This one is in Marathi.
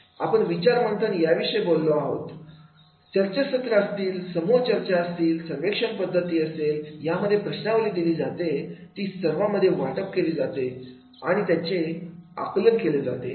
आपण विचार मंथन याविषयी बोलत असतो चर्चासत्र असतील समूह चर्चा असतील सर्वेक्षण पद्धती असेल यामध्ये प्रश्नावली दिली जाते ती सर्व मध्ये वाटप केली जाते आणि त्याचे आकलन केली जाते